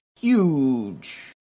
huge